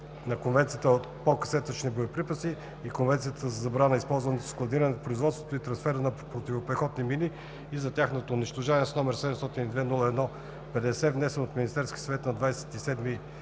на Конвенцията по касетъчните боеприпаси и Конвенцията за забрана на използването, складирането, производството и трансфера на противопехотни мини и за тяхното унищожаване, № 702-01-50, внесен от Министерския съвет на 27